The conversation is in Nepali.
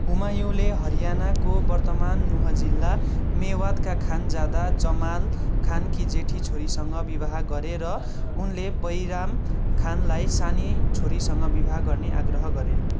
हुमायूँले हरियाणाको वर्तमान नुह जिल्ला मेवातका खानजादा जमाल खानकी जेठी छोरीसँग विवाह गरे र उनले बैराम खानलाई सानी छोरीसँग विवाह गर्ने आग्रह गरे